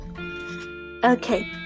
Okay